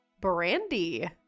brandy